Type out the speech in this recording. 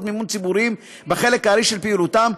מימון ציבוריים בחלק הארי של פעילותם,